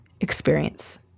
experience